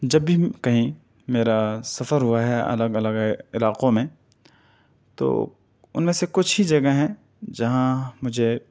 جب بھی کہیں میرا سفر ہوا ہے الگ الگ علاقوں میں تو ان میں سے کچھ ہی جگہ ہیں جہاں مجھے